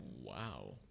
Wow